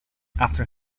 after